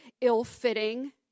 ill-fitting